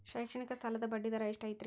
ಶೈಕ್ಷಣಿಕ ಸಾಲದ ಬಡ್ಡಿ ದರ ಎಷ್ಟು ಐತ್ರಿ?